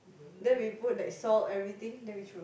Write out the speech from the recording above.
then we put like salt everything then we throw